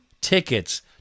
tickets